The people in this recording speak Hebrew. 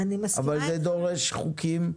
אבל זה דורש חוקים,